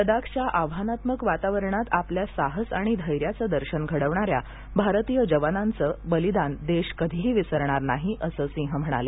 लडाखच्या आव्हानात्मक वातावरणात आपल्या साहस आणि धैर्याचं दर्शन घडवणाऱ्या भारतीय जवानांचं बलिदान देश कधीही विसरणार नाही असं सिंह म्हणाले